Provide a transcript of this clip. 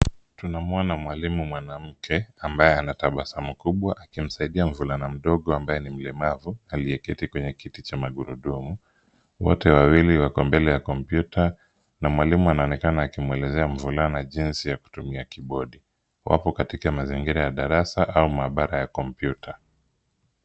Tunamwona mwalimu mwanamke ambaye anatabasamu kubwa akimsaidia mvulana mdogo ambaye ni mlemavu aliyeketi kwenye kiti cha magurudumu. Wote wawili wako mbele ya kompyuta na mwalimu anaonekana akimwelezea mvulana jinsi ya kutumia kibodi. Wapo katika mazingira ya darasa au maabara ya kompyuta.